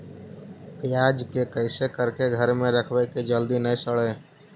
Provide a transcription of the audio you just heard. प्याज के कैसे करके घर में रखबै कि जल्दी न सड़ै?